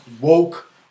woke